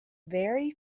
very